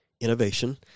innovation